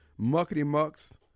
muckety-mucks